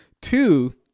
Two